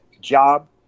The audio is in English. job